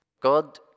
God